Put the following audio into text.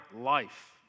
life